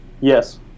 Yes